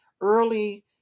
early